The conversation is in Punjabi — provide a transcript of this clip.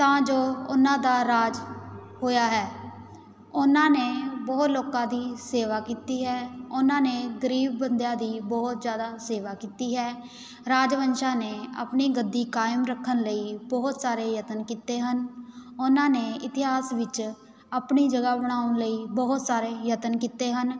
ਤਾਂ ਜੋ ਉਨ੍ਹਾਂ ਦਾ ਰਾਜ ਹੋਇਆ ਹੈ ਉਹਨਾਂ ਨੇ ਬਹੁਤ ਲੋਕਾਂ ਦੀ ਸੇਵਾ ਕੀਤੀ ਹੈ ਉਹਨਾਂ ਨੇ ਗਰੀਬ ਬੰਦਿਆਂ ਦੀ ਬਹੁਤ ਜ਼ਿਆਦਾ ਸੇਵਾ ਕੀਤੀ ਹੈ ਰਾਜਵੰਸ਼ਾਂ ਨੇ ਆਪਣੀ ਗੱਦੀ ਕਾਇਮ ਰੱਖਣ ਲਈ ਬਹੁਤ ਸਾਰੇ ਯਤਨ ਕੀਤੇ ਹਨ ਉਹਨਾਂ ਨੇ ਇਤਿਹਾਸ ਵਿੱਚ ਆਪਣੀ ਜਗ੍ਹਾ ਬਣਾਉਣ ਲਈ ਬਹੁਤ ਸਾਰੇ ਯਤਨ ਕੀਤੇ ਹਨ